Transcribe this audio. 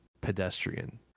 pedestrian